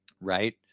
right